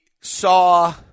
saw